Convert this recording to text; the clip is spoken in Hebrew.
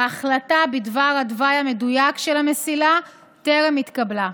ההחלטה בדבר התוואי המדויק של המסילה טרם התקבלה.